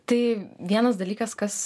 tai vienas dalykas kas